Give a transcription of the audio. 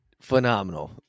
Phenomenal